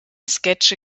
sketche